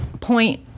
point